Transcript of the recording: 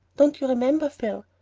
don't you remember, phil,